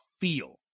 feel